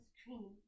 screen